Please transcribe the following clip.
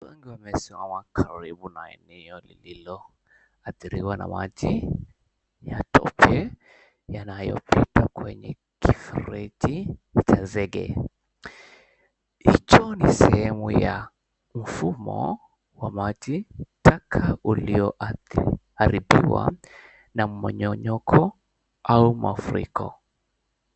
Watu wengi wamesimama karibu na eneo lililoathiriwa na maji ya tope yanayopita kwenye kifereji cha zege. Hicho ni sehemu ya mfumo wa maji taka ulioathirika uliharibiwa na mnyonyoko au mafuriko.